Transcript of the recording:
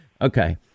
okay